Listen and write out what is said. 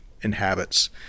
inhabits